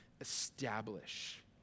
establish